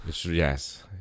yes